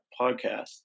Podcast